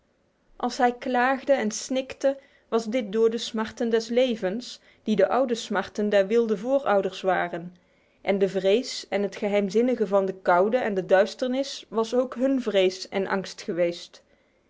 als hij klaagde en snikte was dit door de smarten des levens die de oude smarten der wilde voorouders waren en de vrees en het geheimzinnige van de koude en de duisternis was ook hun vrees en angst geweest